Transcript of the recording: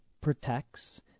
protects